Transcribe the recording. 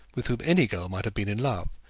with whom any girl might have been in love.